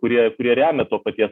kurie kurie remia to paties